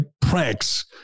pranks